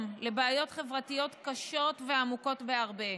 לבעיות חברתיות קשות ועמוקות בהרבה: